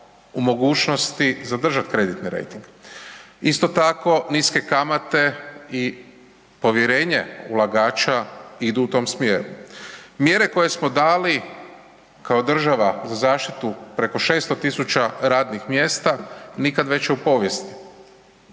u mogućnosti zadržati kreditni rejting. Isto tako, niske kamate i povjerenje ulagača idu u tom smjeru. Mjere koje smo dali kao država za zaštitu preko 600 000 radnih mjesta, nikad veće u povijesti